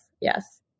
Yes